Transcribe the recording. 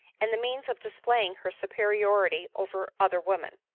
and the means of displaying her superiority over other women.